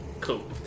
Cool